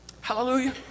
Hallelujah